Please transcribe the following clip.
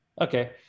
okay